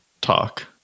talk